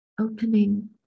opening